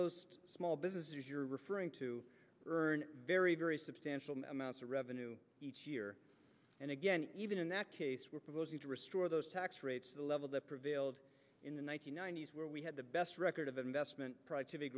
those small businesses you're referring to earn very very substantial amounts of revenue each year and again even in that case we're proposing to restore those tax rates the level that prevailed in the one nine hundred ninety s where we had the best record of investment